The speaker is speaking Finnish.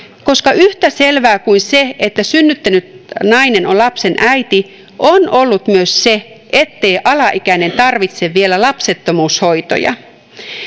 koska yhtä selvää kuin se että synnyttänyt nainen on lapsen äiti on ollut myös se ettei alaikäinen tarvitse vielä lapsettomuushoitoja